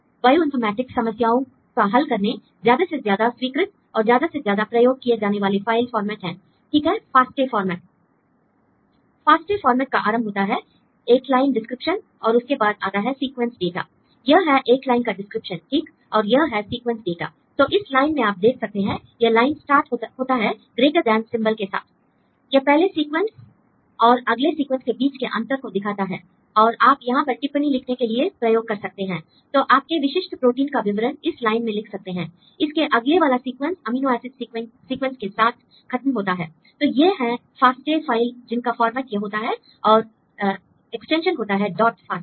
bioinformatics समस्याओं का हल करने ज्यादा से ज्यादा स्वीकृत और ज्यादा से ज्यादा प्रयोग किए जाने वाला फाइल फॉरमैट है ठीक है फास्टे फॉरमैट फास्टे फॉर्मेट का आरंभ होता है एक लाइन डिस्क्रिप्शन और उसके बाद आता है सीक्वेंस डेटा l यह है एक लाइन का डिस्क्रिप्शन ठीक और यह है सीक्वेंस डेटा l तो इस लाइन में आप देख सकते हैं यह लाइन स्टार्ट होता है ग्रेटर देैन सिंबल के साथ l यह पहले सीक्वेंस और अगले सीक्वेंस के बीच के अंतर को दिखाता है और आप यहां पर टिप्पणी लिखने के लिए प्रयोग कर सकते हैं l तो आपके विशिष्ट प्रोटीन का विवरण इस लाइन में लिख सकते हैं l इसके अगले वाला सीक्वेंस अमीनो एसिड सीक्वेंस के साथ खत्म होता है l तो ये हैं फास्टा फाइल जिनका फॉर्मेट यह होता है और एक्सटेंशन होता है डॉट फास्टा